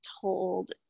told